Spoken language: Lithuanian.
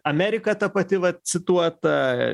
amerika ta pati va cituota